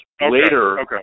Later